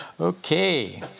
Okay